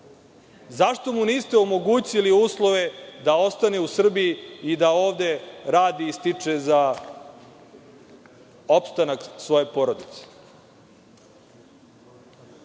Zašto mu niste omogućili uslove da ostane u Srbiji i da ovde radi i stiče za opstanak svoje porodice? Ostaje